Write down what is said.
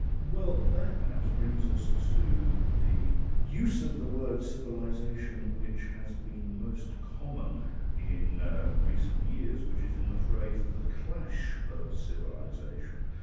well, that perhaps brings us to the use of the word civilisation, which has been most common in ah recent years, which is in the phrase the clash of civilisation.